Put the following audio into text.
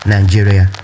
Nigeria